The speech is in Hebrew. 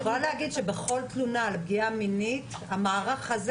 את יכולה להגיד שבכל תלונה על פגיעה מינית המערך הזה,